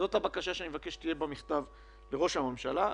זאת הבקשה שאני מבקש שתהיה במכתב לראש הממשלה.